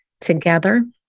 together